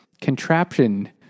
contraption